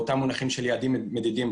באותם מונחים של יעדים מדידים,